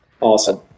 Awesome